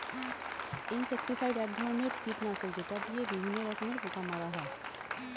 insecticide এক ধরনের কীটনাশক যেটা দিয়ে বিভিন্ন রকমের পোকা মারা হয়